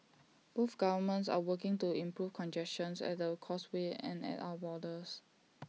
both governments are working to improve congestions at the causeway and at our borders